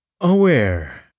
Aware